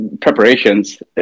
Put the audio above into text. preparations